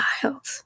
child